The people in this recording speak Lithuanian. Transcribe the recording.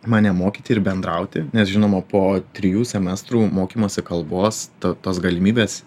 mane mokyti ir bendrauti nes žinoma po trijų semestrų mokymosi kalbos ta tos galimybės